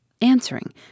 answering